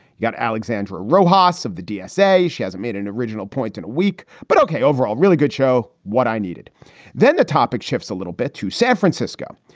you got alexandra rojas of the dsa. she hasn't made an original point in a week. but ok, overall, really good show. what i needed then the topic shifts a little bit to san francisco.